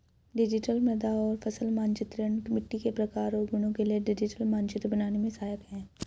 digital मृदा और फसल मानचित्रण मिट्टी के प्रकार और गुणों के लिए डिजिटल मानचित्र बनाने में सहायक है